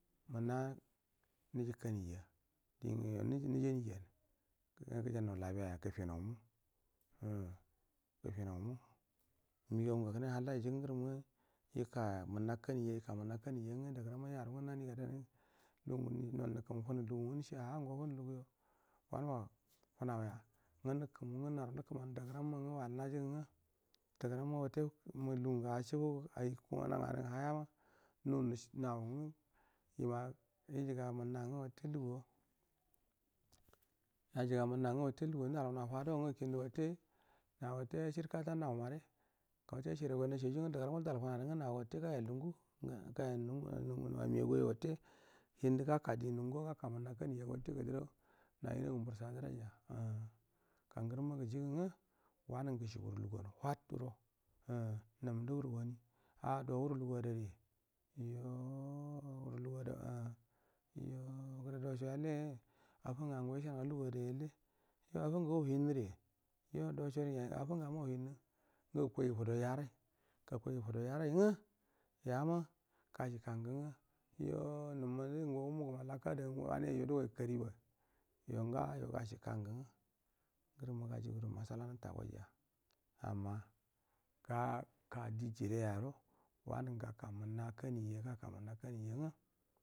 Munna nuji janija dijo nijani jari gu ga gu jan nau labiya gufinau mu umm gufinau mu migau ngu kine halla giji ga ngurum nga ika muna kani ja ika munna kani ja ngu dagurom ma yaro ngu nani gadan ngu lugangu nu nul nukumu funu luga nga nishe ago funu luga yo wa nu ba funau ya nga nukul mu nngu naru nukumanda guramma nga wali na ji gu ngu dagura mma watte lugun uikungu nan ga nu haya ma ru nus nau imaiji gamu n na ngu watte lugu way aji ga munna ngu watte lug u watte lu gu wa na lau nu wa fadauwa ngu kindu watte na watte ashir kata nau more ga watte ashir nga guwa na shaji ngu daguramma dai funadan ngu na watte gal nungu amia gu aiya watte hindu gaka di nun guwa gaka munnan kani jaga watte gadero na ina gum bur sadu rai ja umm. Ga ngurumma guju gu ngu wanun gushi wuru lug u wan what guro umm num ngu ndu wuru lugu wan what guro umm. Num ngu ndu wura wani? Ado wuru lugu ada ri yoo wuru lug u ad aba a yoo gure dau so ttale affa nga ngo ishenu ga lugu ada yalle yo affa nga gu wa uruhinnuri yod au sori affa ng amma wushinnu guku wai gu fu da ya rai gaku wai gu fudo ya rai ngu yama gash ikan gu ngu yoo num ndu nga wumu gum alaka ada ngo wane so dogo kari ba? Ya ngasho gash ikan gu ngu ngurumma gajigu do matsala nata goije amma ga ka di jire ya wanun gu gaka munna kanija gaka munna kanija nga.